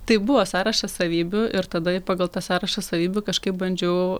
tai buvo sąrašas savybių ir tada pagal tą sąrašą savybių kažkaip bandžiau